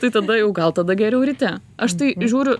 tai tada jau gal tada geriau ryte aš tai žiūriu